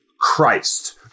Christ